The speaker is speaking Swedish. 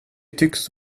tycks